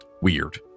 weird